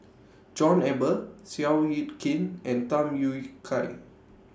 John Eber Seow Yit Kin and Tham Yui Kai